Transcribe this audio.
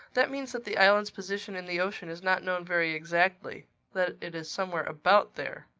that means that the island's position in the ocean is not known very exactly that it is somewhere about there.